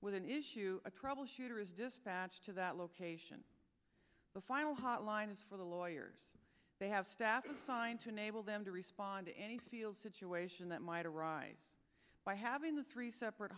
with an issue a troubleshooter is dispatched to that location the final hotline is for the lawyers they have staff assigned to enable them to respond to any field situation that might arise by having the three separate